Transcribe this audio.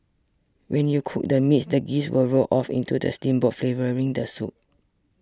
when you cook the meats the grease will roll off into the steamboat flavouring the soup